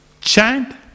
Chant